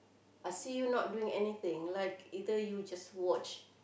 I see you not doing anything like either you just watch